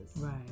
Right